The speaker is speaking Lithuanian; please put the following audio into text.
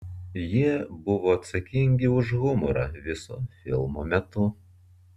jie buvo atsakingi už humorą viso filmo metu